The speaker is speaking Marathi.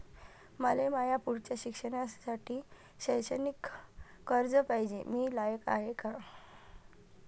मले माया पुढच्या शिक्षणासाठी शैक्षणिक कर्ज पायजे, मी लायक हाय का?